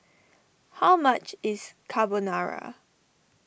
how much is Carbonara